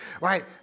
right